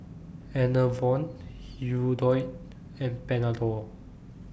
Enervon Hirudoid and Panadol